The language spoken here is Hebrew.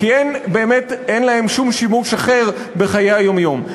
כי אין להם שום שימוש אחר בחיי היום-יום.